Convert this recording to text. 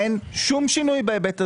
אין שום שינוי בהיבט הזה.